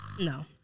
no